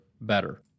better